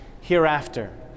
hereafter